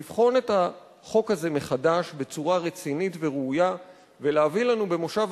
לבחון את החוק הזה מחדש בצורה רצינית וראויה ולהביא לנו במושב